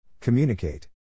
Communicate